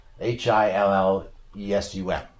H-I-L-L-E-S-U-M